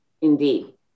indeed